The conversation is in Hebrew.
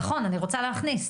נכון, אני רוצה להכניס.